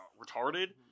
Retarded